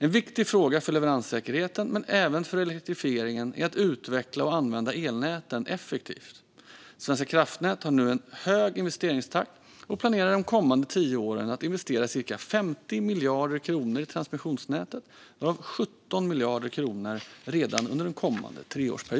En viktig fråga för leveranssäkerheten men även för elektrifieringen är att utveckla och använda elnäten effektivt. Svenska kraftnät har nu en hög investeringstakt och planerar de kommande tio åren att investera cirka 50 miljarder kronor i transmissionsnätet, varav 17 miljarder kronor redan under den kommande treårsperioden.